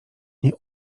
nie